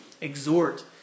exhort